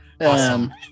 Awesome